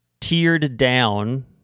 tiered-down